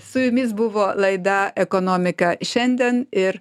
su jumis buvo laida ekonomika šiandien ir